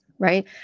Right